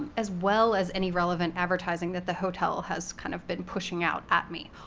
as well as any relevant advertising that the hotel has kind of been pushing out at me.